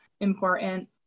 important